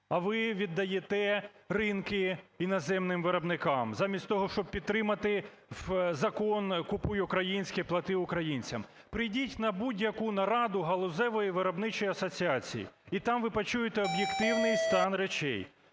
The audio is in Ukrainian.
а ви віддаєте ринки іноземним виробникам замість того, щоб підтримати Закон "Купуй українське, плати українцям"? Прийдіть на будь-яку нараду галузевої виробничої асоціації, і там ви почуєте об'єктивний стан речей,